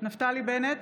נפתלי בנט,